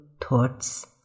thoughts